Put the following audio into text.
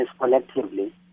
collectively